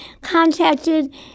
contacted